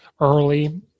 early